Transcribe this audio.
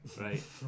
Right